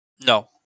No